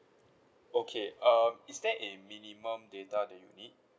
okay um is there a minimum data that you need